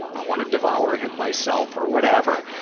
i want to devour him myself or, whatever.